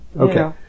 Okay